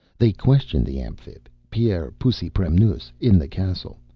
they questioned the amphib, pierre pusipremnoos, in the castle.